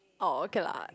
oh okay lah